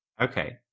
Okay